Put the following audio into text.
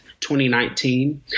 2019